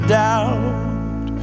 doubt